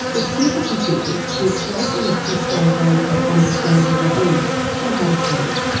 the supercomputers will greatly assist our way of understanding disease, and how to treat it.